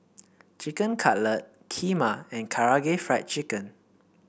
Chicken Cutlet Kheema and Karaage Fried Chicken